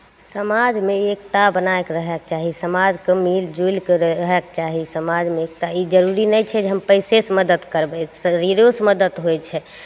समाजमे एकता बनैके रहैके चाही समाजके मिलिजुलिके रहैके चाही समाजमे एकता ई जरूरी नहि छै जे हम पइसेसे मदति करबै शरीरोसे मदति होइ छै